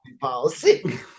policy